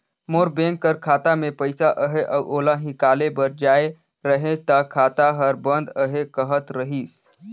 मोर bank कर खाता में पइसा अहे अउ ओला हिंकाले बर जाए रहें ता खाता हर बंद अहे कहत रहिस